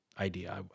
idea